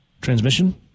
transmission